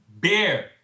Beer